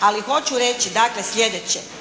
Ali hoću reći dakle sljedeće.